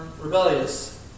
rebellious